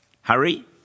Hurry